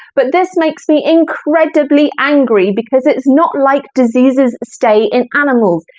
but this makes me incredibly angry because it's not like diseases stay in animals.